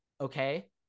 okay